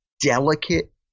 delicate